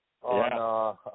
on